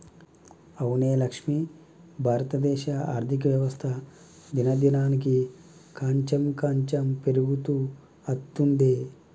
అవునే లక్ష్మి భారతదేశ ఆర్థిక వ్యవస్థ దినదినానికి కాంచెం కాంచెం పెరుగుతూ అత్తందే